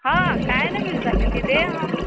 हँ काहे न मिल सकैत छै देब हम